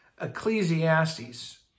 Ecclesiastes